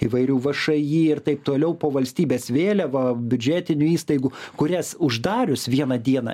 įvairių všį ir taip toliau po valstybės vėliava biudžetinių įstaigų kurias uždarius vieną dieną